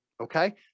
Okay